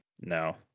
No